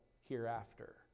hereafter